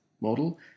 model